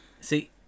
See